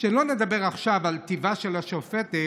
לא נדבר עכשיו על טיבה של השופטת,